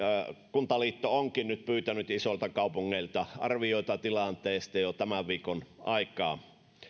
kuntaliitto onkin nyt pyytänyt isoilta kaupungeilta arvioita tilanteesta jo tämän viikon aikana